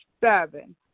Seven